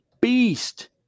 beast